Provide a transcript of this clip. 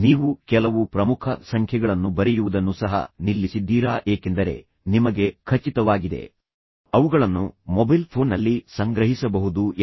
ನೀವು ಕೆಲವು ಪ್ರಮುಖ ಸಂಖ್ಯೆಗಳನ್ನು ಬರೆಯುವುದನ್ನು ಸಹ ನಿಲ್ಲಿಸಿದ್ದೀರಾ ಏಕೆಂದರೆ ನಿಮಗೆ ಖಚಿತವಾಗಿದೆ ಅವುಗಳನ್ನು ಮೊಬೈಲ್ ಫೋನ್ನಲ್ಲಿ ಸಂಗ್ರಹಿಸಬಹುದು ಎಂದು